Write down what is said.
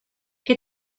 qué